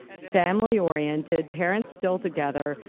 family oriented parents still together.